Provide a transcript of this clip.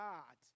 God